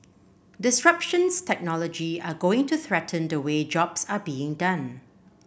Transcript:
disruptions technology are going to threaten the way jobs are being done